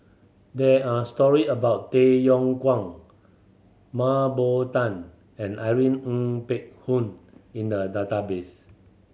there are story about Tay Yong Kwang Mah Bow Tan and Irene Ng Phek Hoong in the database